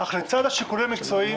אך לצד שיקולים מקצועיים,